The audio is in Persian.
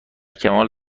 کمال